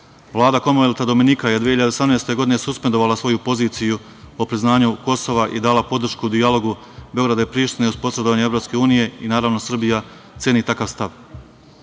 Vlada Komonvelta Dominika je 2018. godine suspendovala svoju poziciju o priznanju Kosova i dala podršku u dijalogu Beograda i Prištine, uz posredovanje EU i naravno Srbija ceni takav stav. Mi